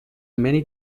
many